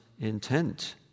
intent